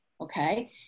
okay